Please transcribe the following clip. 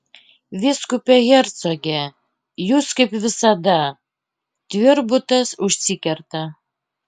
vyskupe hercoge jūs kaip visada tvirbutas užsikerta